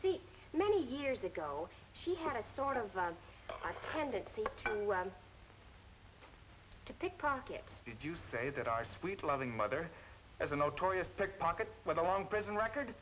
see many years ago she had a sort of our tendency to pick pockets did you say that our sweet loving mother as a notorious pickpocket with a long prison record